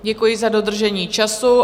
Děkuji za dodržení času.